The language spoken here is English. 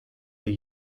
the